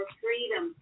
freedom